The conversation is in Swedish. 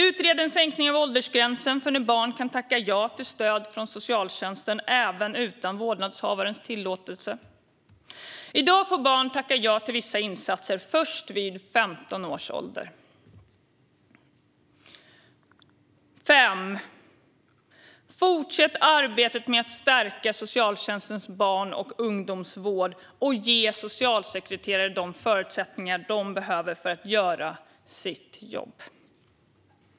Utred en sänkning av åldersgränsen för när barn kan tacka ja till stöd från socialtjänsten utan vårdnadshavarens tillåtelse. I dag får barn tacka ja till vissa insatser först vid 15 års ålder. Fortsätt arbetet med att stärka socialtjänstens barn och ungdomsvård och ge socialsekreterare de förutsättningar de behöver för att göra sitt jobb.